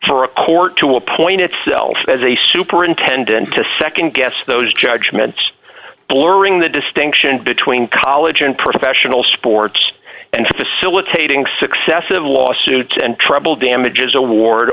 a court to appoint itself as a superintendent to nd guess those judgments blurring the distinction between college and professional sports and facilitating successive lawsuits and treble damages award